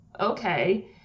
Okay